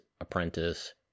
apprentice